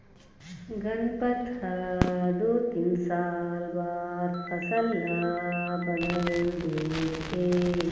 गनपत ह दू तीन साल बाद फसल ल बदल देथे